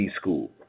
school